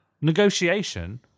Negotiation